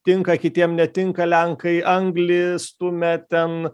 tinka kitiem netinka lenkai anglį stumia ten